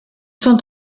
sont